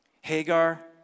Hagar